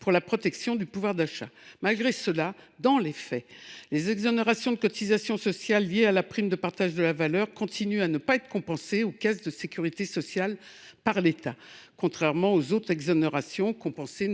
pour la protection du pouvoir d’achat. Malgré cela, dans les faits, les exonérations de cotisations sociales liées à la prime de partage de la valeur continuent à ne pas être compensées aux caisses de sécurité sociale par l’État, contrairement aux autres exonérations, compensées